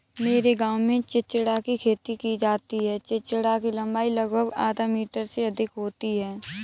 मेरे गांव में चिचिण्डा की खेती की जाती है चिचिण्डा की लंबाई लगभग आधा मीटर से अधिक होती है